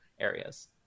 areas